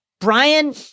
Brian